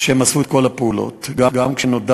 שהם עשו את כל הפעולות,